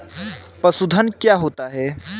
पशुधन क्या होता है?